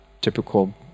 typical